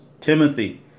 Timothy